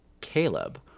Caleb